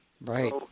Right